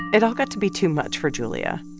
it all got to be too much for julia.